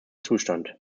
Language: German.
zustand